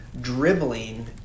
Dribbling